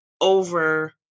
over